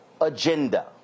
agenda